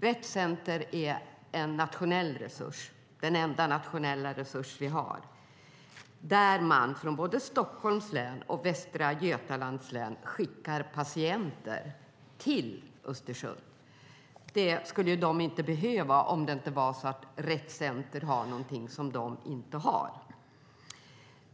Rett Center är en nationell resurs och den enda nationella resurs som vi har. Man skickar patienter från både Stockholms län och Västra Götalands län till Östersund. Det skulle inte behövas om inte Rett Center har någonting som Stockholms län och Västra Götalands län inte har.